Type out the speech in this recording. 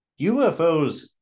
UFOs